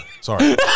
Sorry